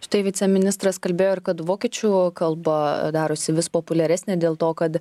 štai viceministras kalbėjo ir kad vokiečių kalba darosi vis populiaresnė dėl to kad